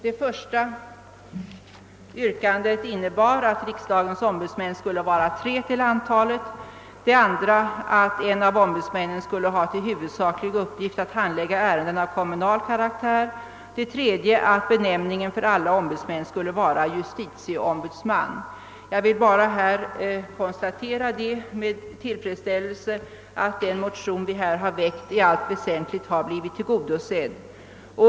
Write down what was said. Det första yrkandet är att riksdagens ombudsmän skall vara tre till antalet, det andra att en av ombudsmännen skall ha till huvudsaklig uppgift att handlägga ärenden av kommunal karaktär och det tredje att benämningen för alla ombudsmän skall vara justitieombudsman. Jag vill nu bara med tillfredsställelse konstatera, att våra motionskrav i allt väsentligt blivit tillgodosedda.